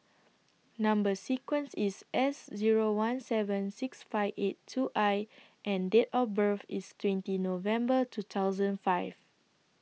Number sequence IS S Zero one seven six five eight two I and Date of birth IS twenty November two thousand and five